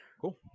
Cool